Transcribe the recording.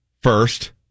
first